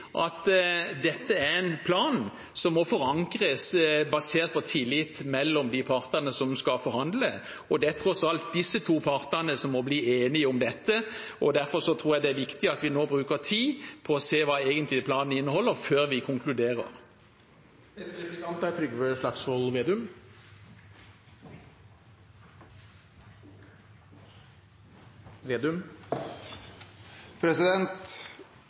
at det er en plan som må forankres, basert på tillit mellom de partene som skal forhandle, og det er tross alt disse to partene som må bli enige om dette. Derfor tror jeg det er viktig at vi nå bruker tid på å se hva planene egentlig inneholder, før vi konkluderer.